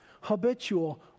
habitual